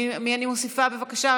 את מי אני מוסיפה, בבקשה?